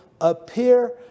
appear